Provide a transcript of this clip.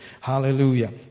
Hallelujah